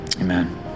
amen